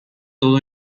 todo